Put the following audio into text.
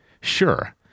Sure